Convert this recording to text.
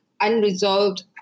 unresolved